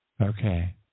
Okay